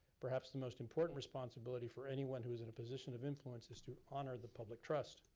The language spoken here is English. perhaps the most important responsibility for anyone who is in a position of influence is to honor the public trust.